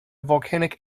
volcanic